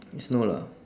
it's no lah